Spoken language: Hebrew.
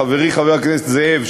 חברי חבר הכנסת זאב,